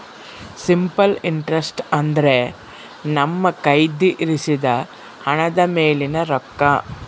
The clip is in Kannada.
ಸಿಂಪಲ್ ಇಂಟ್ರಸ್ಟ್ ಅಂದ್ರೆ ನಮ್ಮ ಕಯ್ದಿರಿಸಿದ ಹಣದ ಮೇಲಿನ ರೊಕ್ಕ